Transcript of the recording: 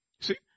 See